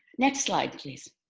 next slide please.